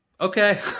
okay